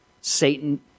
Satan